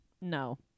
No